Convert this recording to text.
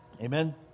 Amen